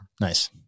Nice